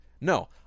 no